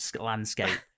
landscape